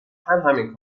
همین